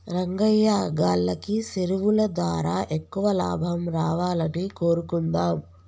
రంగయ్యా గాల్లకి సెరువులు దారా ఎక్కువ లాభం రావాలని కోరుకుందాం